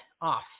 off